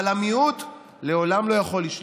אבל המיעוט לעולם לא יכול לשלוט.